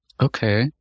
Okay